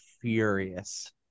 furious